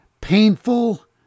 painful